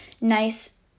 nice